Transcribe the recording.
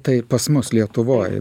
tai pas mus lietuvoj